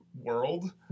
world